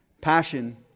passion